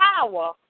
power